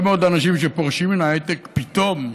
הרבה מאוד אנשים שפורשים מהייטק פתאום,